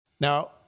Now